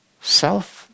self